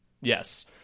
Yes